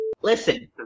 Listen